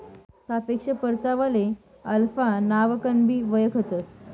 सापेक्ष परतावाले अल्फा नावकनबी वयखतंस